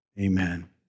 amen